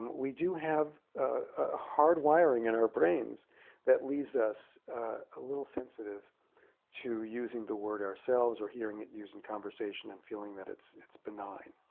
we do have ah hard-wiring in our brains that leaves us a little sensitive to using the word ourselves, or hearing it used in conversation, and feeling that it's it's benign.